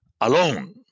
alone